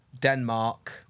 Denmark